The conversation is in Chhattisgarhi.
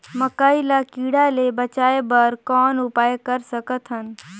मकई ल कीड़ा ले बचाय बर कौन उपाय कर सकत हन?